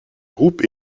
groupes